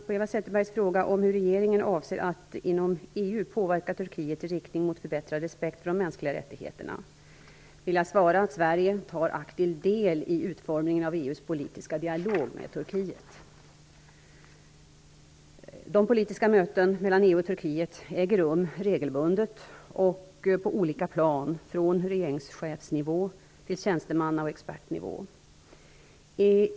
På Eva Zetterbergs fråga om hur regeringen avser att inom EU påverka Turkiet i riktning mot förbättrad respekt för de mänskliga rättigheterna vill jag svara att Sverige tar aktiv del i utformningen av EU:s politiska dialog med Turkiet. De politiska mötena mellan EU och Turkiet äger rum regelbundet och på olika plan - från regeringschefsnivå till tjänstemanna och expertnivå.